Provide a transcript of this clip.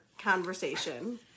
conversation